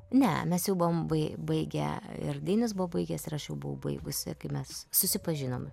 ne mes jau buvom bai baigę ir dainius buvo baigęs ir aš jau buvau baigusi kai mes susipažinom